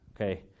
okay